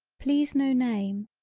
please no name,